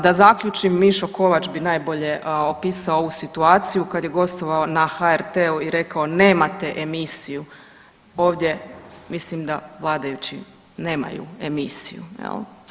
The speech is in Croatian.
Da, zaključim Mišo Kovač bi najbolje opisao ovu situaciju kad je gostovao na HRT-u i rekao nemate emisiju ovdje mislim da vladajući nemaju emisiju jel.